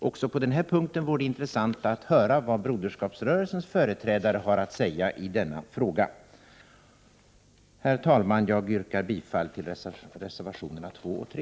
Också på den här punkten vore det intressant att höra vad Broderskapsrörelsens företrädare har att säga i denna fråga. Herr talman! Jag yrkar bifall till reservationerna 2 och 3.